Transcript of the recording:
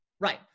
Right